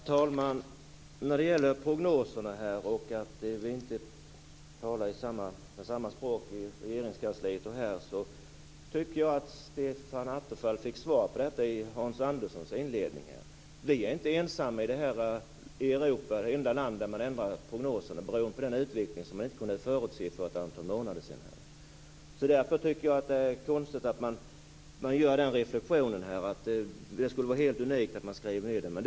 Herr talman! När det gäller prognoserna och att vi inte talar samma språk i Regeringskansliet och här i riksdagen tycker jag att Stefan Attefall fick svar i Hans Anderssons inledning. Sverige är inte det enda land i Europa där man ändrar prognoserna beroende på den utveckling som man inte kunde förutse för ett antal månader sedan. Därför tycker jag att det är konstigt att man gör reflexionen att det skulle vara helt unikt att skriva ned prognoserna.